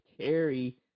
carry